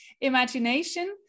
imagination